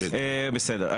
בסדר.